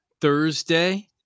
Thursday